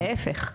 להיפך,